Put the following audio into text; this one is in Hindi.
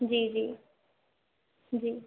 जी जी जी